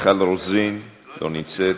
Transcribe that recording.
מיכל רוזין, לא נמצאת.